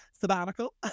sabbatical